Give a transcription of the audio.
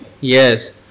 Yes